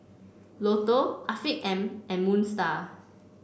Lotto Afiq M and Moon Star